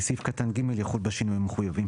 וסעיף קטן (ג) יחול בשינויים המחויבים.